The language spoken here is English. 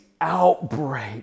outbreak